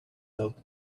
out